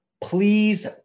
Please